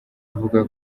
avuga